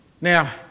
Now